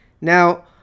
Now